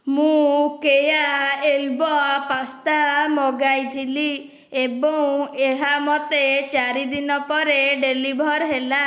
ମୁଁ Keya elbow pasta ମଗାଇଥିଲି ଏବଂ ଏହା ମୋତେ ଚାରି ଦିନ ପରେ ଡେଲିଭର୍ ହେଲା